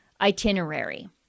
itinerary